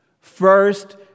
First